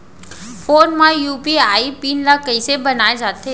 Phone म UPI pin ल कइसे बनाये जाथे?